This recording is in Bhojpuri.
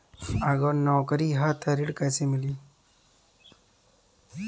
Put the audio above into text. अगर नौकरी ह त ऋण कैसे मिली?